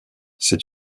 c’est